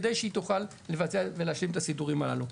כדי שהיא תוכל לבצע ולהשלים את הסידורים הללו.